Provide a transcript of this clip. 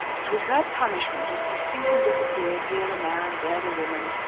it was her punishment to see sink and disappear here a man, there a woman,